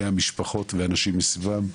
את המשפחות ואת האנשים סביבם,